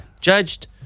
Judged